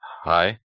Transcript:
Hi